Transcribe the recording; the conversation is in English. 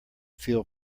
feel